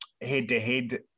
head-to-head